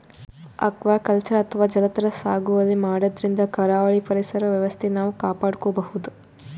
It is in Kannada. ಅಕ್ವಾಕಲ್ಚರ್ ಅಥವಾ ಜಲಚರ ಸಾಗುವಳಿ ಮಾಡದ್ರಿನ್ದ ಕರಾವಳಿ ಪರಿಸರ್ ವ್ಯವಸ್ಥೆ ನಾವ್ ಕಾಪಾಡ್ಕೊಬಹುದ್